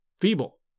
feeble